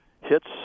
hits